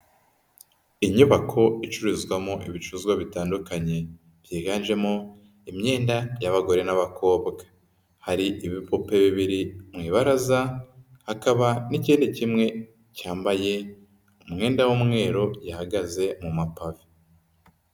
Inyubako icururizwamo ibicuruzwa bitandukanye byiganjemo imyenda y'abagore n'abakobwa, hari ibipupe bibiri mu ibaraza hakaba n'ikindi kimwe cyambaye umwenda w'umweru gihagaze mu mapave.